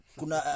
kuna